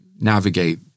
navigate